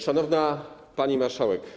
Szanowna Pani Marszałek!